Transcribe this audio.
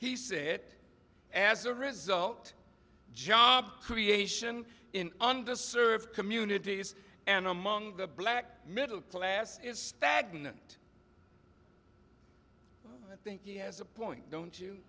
he said as a result job creation in underserved communities and among the black middle class is stagnant i think he has a point don't